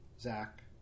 Zach